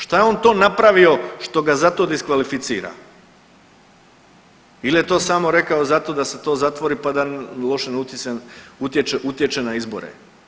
Šta je on to napravio što ga za to diskvalificira ili je to samo rekao zato da se to zatvori pa da loše ne utječe na izbore.